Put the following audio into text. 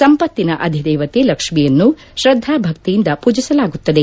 ಸಂಪತ್ತಿನ ಅಧಿದೇವತೆ ಲಕ್ಷ್ಮೀಯನ್ನು ಶ್ರದ್ದಾಭಕ್ತಿಯಿಂದ ಪೂಜಿಸಲಾಗುತ್ತದೆ